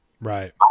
Right